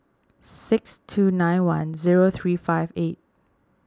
six two nine one zero three five eight